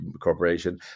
corporation